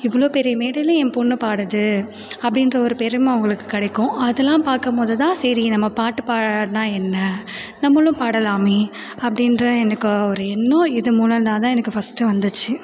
இவ்வளோ பெரிய மேடையில் என் பொண்ணு பாடுது அப்படின்ற ஒரு பெருமை அவங்களுக்கு கிடைக்கும் அதுலாம் பார்க்கும்போது தான் சரி நம்ம பாட்டு பாடுனால் என்ன நம்மளும் பாடலாமே அப்படின்ற எனக்கு ஒரு எண்ணம் இது மூலம்லாம் தான் எனக்கு ஃபஸ்ட்டு வந்துச்சு